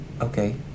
Okay